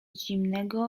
zimnego